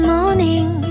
Morning